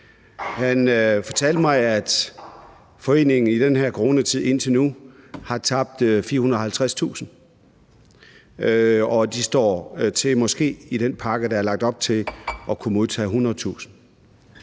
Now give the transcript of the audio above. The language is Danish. Han fortalte mig, at foreningen i den her coronatid indtil nu har tabt 450.000 kr., og at de står til i den pakke, der er lagt op til, måske at kunne modtage 100.000